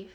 ya